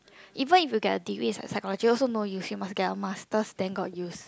even if you get a degree in psychology also no use you must get a master then got use